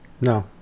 no